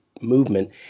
movement